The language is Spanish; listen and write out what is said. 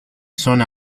son